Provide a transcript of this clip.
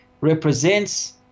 represents